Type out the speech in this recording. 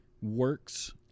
works